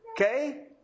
Okay